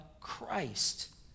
Christ